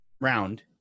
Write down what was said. round